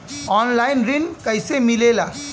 Online ऋण कैसे मिले ला?